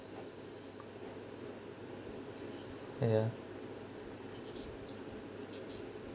ya